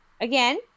again